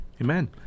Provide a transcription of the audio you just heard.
Amen